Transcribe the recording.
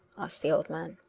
asked the old man.